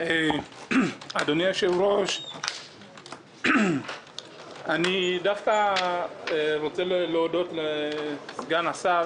אדוני היושב-ראש, אני רוצה להודות לסגן השר